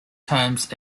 terms